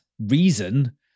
reason